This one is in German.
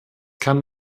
kann